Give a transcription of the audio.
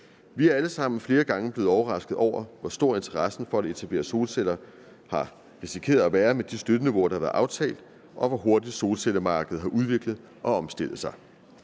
Vi er alle sammen flere gange blevet overrasket over, hvor stor interessen for at etablere solceller har risikeret at være med de støtteniveauer, der har været aftalt, og hvor hurtigt solcellemarkedet har udviklet og omstillet sig.